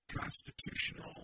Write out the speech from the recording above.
constitutional